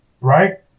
right